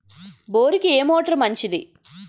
బోరుకి ఏ మోటారు మంచిది?